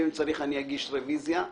ואם צריך אני אגיש רביזיה,